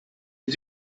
die